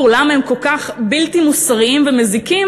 למה הם כל כך בלתי מוסריים ומזיקים,